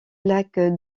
lac